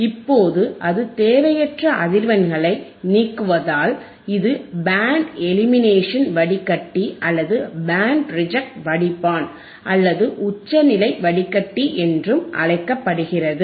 இப்போது அது தேவையற்ற அதிர்வெண்களை நீக்குவதால் இது பேண்ட் எலிமினேஷன் வடிகட்டி அல்லது பேண்ட் ரிஜெக்ட் வடிப்பான் அல்லது உச்சநிலை வடிகட்டி என்றும் அழைக்கப்படுகிறது